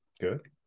good